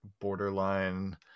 borderline